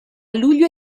luglio